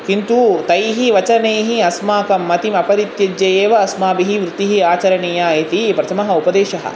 किन्तु तैः वचनैः अस्माकं मतिम् अपरित्यज्य एव अस्माभिः वृतिः आचरणीया इति प्रथमः उपदेशः